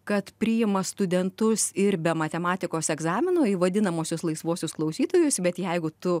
kad priima studentus ir be matematikos egzamino į vadinamuosius laisvuosius klausytojus bet jeigu tu